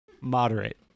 Moderate